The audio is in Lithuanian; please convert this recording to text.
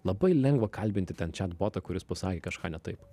labai lengva kalbinti ten četbotą kuris pasakė kažką ne taip